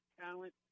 talent